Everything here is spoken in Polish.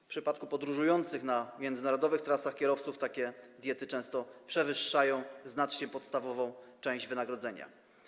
W przypadku podróżujących na międzynarodowych trasach kierowców takie diety często znacznie przewyższają podstawową część wynagrodzenia.